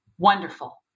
Wonderful